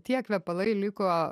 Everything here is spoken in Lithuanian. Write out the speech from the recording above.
tie kvepalai liko